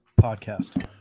podcast